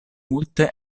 multe